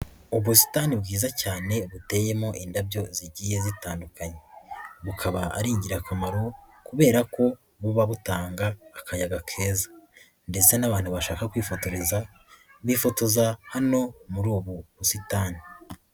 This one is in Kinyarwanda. Ubusitani bwiza cyane buteyemo indabyo zigiye zitandukanye, bukaba ari ingirakamaro kubera ko buba butanga akayaga keza ndetse n'abantu bashaka kwifotoza bifotoza hano muri ubu busitani.